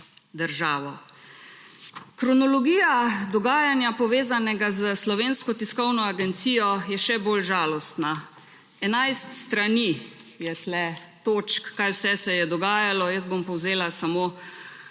državo. Kronologija dogajanja, povezanega s Slovensko tiskovno agencijo, je še bolj žalostna. Enajst strani je tukaj točk, kaj vse se je dogajalo. Jaz bom povzela samo